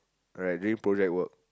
like during project work